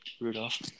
Rudolph